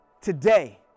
today